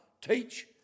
teach